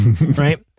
right